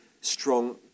strong